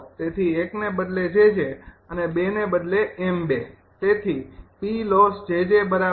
તેથી ૧ ને બદલે 𝑗𝑗 અને ૨ ને બદલે 𝑚૨ તેથી બરાબર